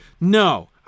no